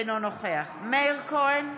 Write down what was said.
אינו נוכח מאיר כהן,